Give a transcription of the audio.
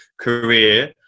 career